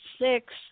six